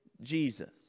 Jesus